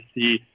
see